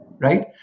right